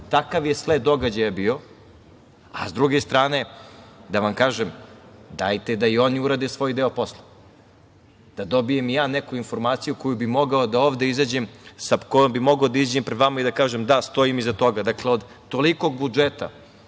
Takav je sled događaja bio, a s druge strane, da vam kažem, dajte da i oni urade svoj deo posla, da dobijem i ja neku informaciju koju bih mogao da ovde izađem, sa kojom bio mogao da izađem pred vama i kažem – da, stojim iza toga. Dakle, od tolikog budžeta